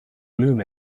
bloom